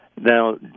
Now